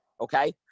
Okay